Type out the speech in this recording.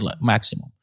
maximum